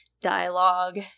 dialogue